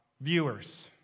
viewers